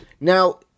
Now